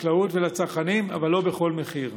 לחקלאות ולצרכנים, אבל לא בכל מחיר.